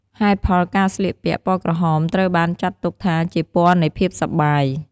ហេតុផលការស្លៀកពាក់ ពណ៌ក្រហមត្រូវបានចាត់ទុកថាជាពណ៌នៃភាពសប្បាយ។